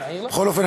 בכל אופן,